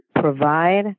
Provide